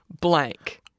blank